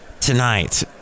Tonight